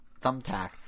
thumbtack